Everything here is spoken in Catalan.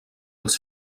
els